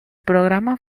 programa